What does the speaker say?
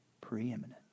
Preeminent